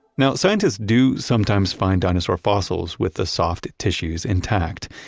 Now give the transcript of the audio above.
now scientists do sometimes find dinosaurs fossils with the soft tissues intact.